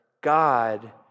God